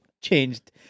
changed